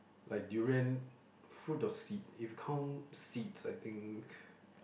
like durian fruit or seed eh if count seeds I think